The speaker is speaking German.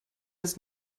ist